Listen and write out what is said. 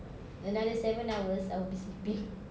another seven hours I will be sleeping